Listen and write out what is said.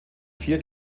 vier